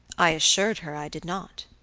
i assured her i did not.